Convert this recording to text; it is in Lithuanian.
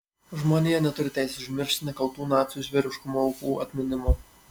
žmonija neturi teisės užmiršti nekaltų nacių žvėriškumo aukų atminimo